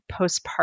postpartum